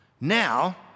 now